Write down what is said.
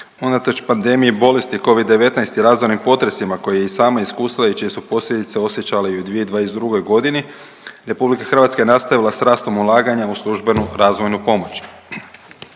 Unatoč pandemiji bolesti Covid 19 i razornim potresima koji i sama iskustva i čije su posljedici osjećali i u 2022. godini RH je nastavila s rastom ulaganja u službenu razvojnu pomoć.